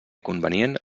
convenient